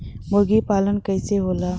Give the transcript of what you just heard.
मुर्गी पालन कैसे होला?